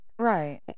Right